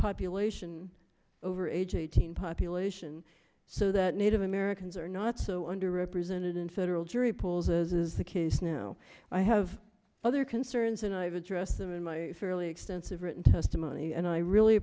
population over age eighteen population so that native americans are not so under represented in federal jury pools as is the case now i have other concerns and i've addressed them in my fairly extensive written testimony and i really